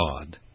God